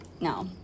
No